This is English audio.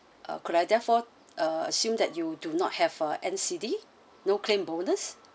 ah could I therefore ah assume that you do not have a N_C_B no claim bonus